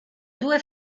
due